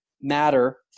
Matter